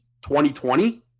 2020